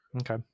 Okay